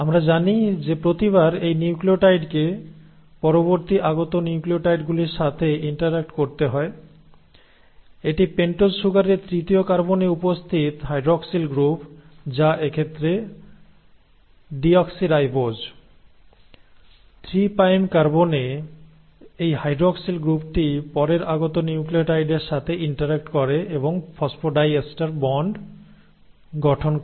আমরা জানি যে প্রতিবার এই নিউক্লিওটাইডকে পরবর্তী আগত নিউক্লিওটাইডগুলির সাথে ইন্টারাক্ট করতে হয় এটি পেন্টোজ সুগারের তৃতীয় কার্বনে উপস্থিত হাইড্রোক্সিল গ্রুপ যা এক্ষেত্রে ডিঅক্সিরাইবোজ 3 প্রাইম কার্বনে এই হাইড্রোক্সিল গ্রুপটি পরের আগত নিউক্লিওটাইডের সাথে ইন্টারাক্ট করে এবং ফসফোডাইএস্টার বন্ড গঠন করে